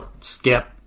skip